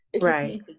right